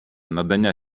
надання